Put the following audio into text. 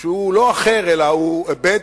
שהוא לא אחר, אלא היבט